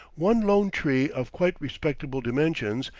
one lone tree of quite respectable dimensions,